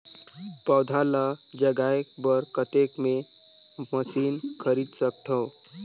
पौधा ल जगाय बर कतेक मे मशीन खरीद सकथव?